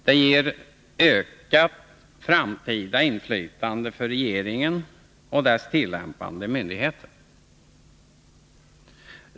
Det ger ökat framtida inflytande för regeringen och dess tillämpande myndigheter.